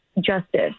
justice